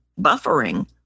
buffering